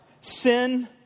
Sin